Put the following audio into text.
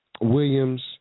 Williams